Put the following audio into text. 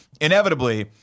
inevitably